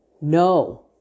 no